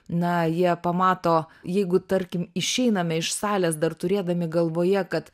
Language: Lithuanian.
na jie pamato jeigu tarkim išeiname iš salės dar turėdami galvoje kad